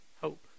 hope